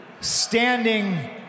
standing